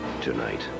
tonight